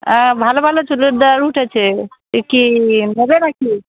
হ ভালো ভালো চুড়িদার উঠেছে এক কি হবে নাকি